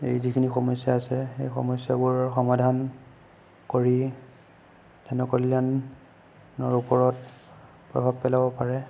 এই যিখিনি সমস্যা আছে সেই সমস্যাবোৰৰ সমাধান কৰি জনকল্যাণৰ ওপৰত প্ৰভাৱ পেলাব পাৰে